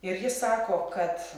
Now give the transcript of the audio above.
ir jis sako kad